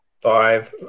Five